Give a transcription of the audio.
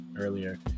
earlier